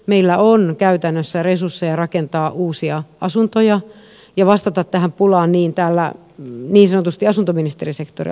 meillä on käytännössä resursseja rakentaa uusia asuntoja ja vastata tähän pulaan niin sanotusti asuntoministerisektorilla